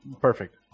Perfect